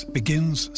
begins